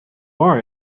are